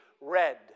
red